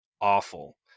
awful